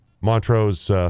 Montrose